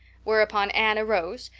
whereupon anne arose,